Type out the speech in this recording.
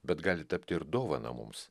bet gali tapti ir dovana mums